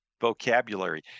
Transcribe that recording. vocabulary